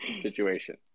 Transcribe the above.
situation